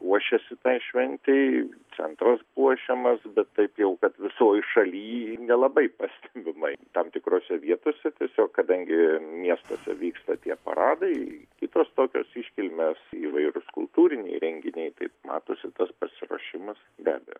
ruošiasi tai šventei centras puošiamas bet taip jau kad visoj šaly nelabai pastebimai tam tikrose vietose tiesiog kadangi miestuose vyksta tie paradai kitos tokios iškilmės įvairūs kultūriniai renginiai tai matosi tas pasiruošimas be abejo